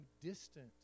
distant